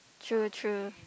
true true